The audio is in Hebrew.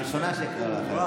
הראשונה שאקרא לך והיחידה.